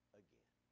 again